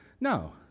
no